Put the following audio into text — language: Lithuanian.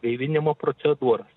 gaivinimo procedūras